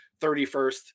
31st